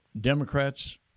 Democrats